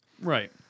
Right